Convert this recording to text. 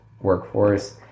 workforce